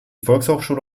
volkshochschule